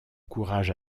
courage